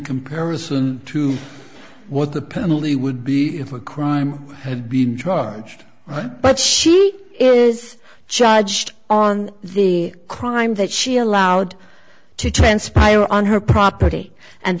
comparison to what the penalty would be if a crime had been charged but she is charged on the crime that she allowed to transpire on her property and